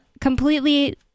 completely